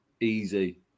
Easy